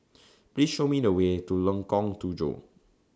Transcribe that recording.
Please Show Me The Way to Lengkong Tujuh